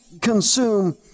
consume